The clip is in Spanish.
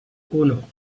uno